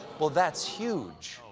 well, that's huge.